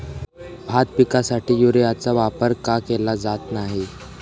भात पिकासाठी युरियाचा वापर का केला जात नाही?